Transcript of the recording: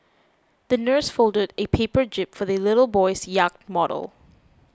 the nurse folded a paper jib for the little boy's yacht model